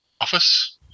office